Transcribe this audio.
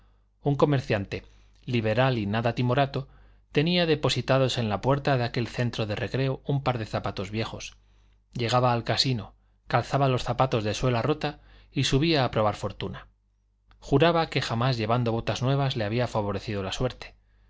un comerciante liberal y nada timorato tenía depositados en la puerta de aquel centro de recreo un par de zapatos viejos llegaba al casino calzaba los zapatos de suela rota y subía a probar fortuna juraba que jamás llevando botas nuevas le había favorecido la suerte